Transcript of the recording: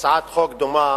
הצעת חוק דומה